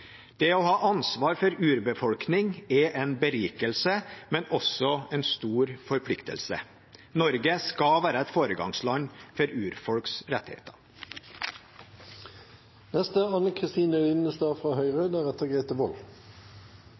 Det å ha ansvar for urbefolkning er en berikelse, men også en stor forpliktelse. Norge skal være et foregangsland for urfolks rettigheter.